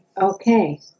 Okay